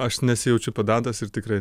aš nesijaučiu pedantas ir tikrai